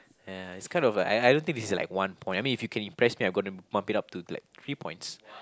ya it's kind of like I I don't think this is like one point I mean if you can impress me I'm gonna bump it up to like three points